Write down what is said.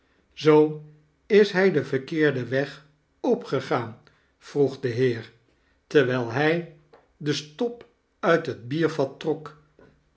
eoo is hij dea verkeetden weg opgegaan vroeg de heel terwijl hij den stop uit het biervat trok